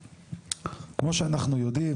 כמו שאנחנו יודעים,